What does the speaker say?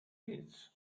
kids